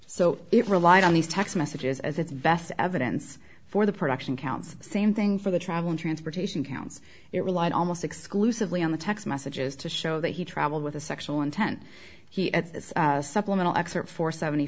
it relied on these text messages as it's best evidence for the production counts same thing for the traveling transportation counts it relied almost exclusively on the text messages to show that he traveled with a sexual intent he it's supplemental excerpt for seventy